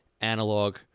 analog